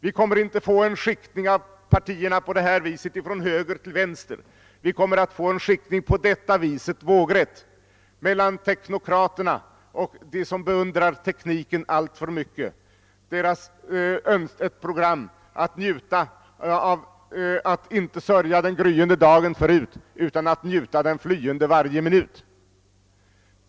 Vi kommer inte att få en skiftning av partierna från höger till vänster; vi kommer att få en skiftning vågrätt mellan två partier. Det ena är teknokraterna, de som beundrar tekniken alltför mycket; deras program är att inte sörja den gryende da gen förut utan njuta av den flyende varje minut.